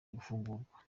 gufungurwa